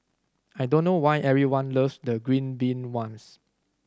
I don't know why everyone loves the green bean ones